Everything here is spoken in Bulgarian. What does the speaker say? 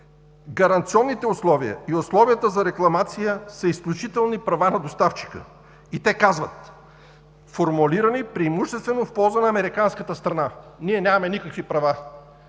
Гаранционните условия и условията за рекламация са изключителни права на доставчика. Те казват, че са формулирани преимуществено в полза на американската страна. Ние нямаме никакви права